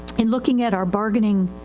in looking at our bargaining,